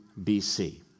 BC